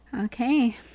Okay